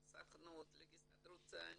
לסוכנות, להסתדרות הציונית,